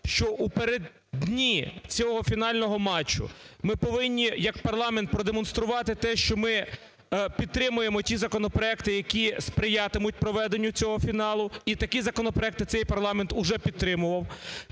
що у переддні цього фінального матчу ми повинні як парламент продемонструвати те, що ми підтримуємо ті законопроекти, які сприятимуть проведенню цього фіналу, і такі законопроекти цей парламент вже підтримував.